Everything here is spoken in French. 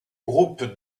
groupe